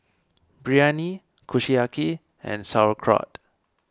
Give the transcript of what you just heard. Biryani Kushiyaki and Sauerkraut